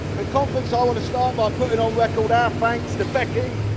ah conference, i want to start by putting on record our thanks to becky,